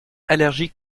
allergiques